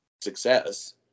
success